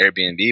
airbnb